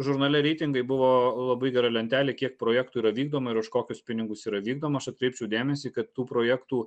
žurnale reitingai buvo labai gera lentelė kiek projektų yra vykdoma ir už kokius pinigus yra vykdoma aš atkreipčiau dėmesį kad tų projektų